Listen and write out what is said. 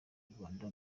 rwanda